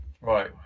Right